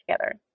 together